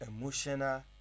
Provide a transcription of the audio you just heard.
emotional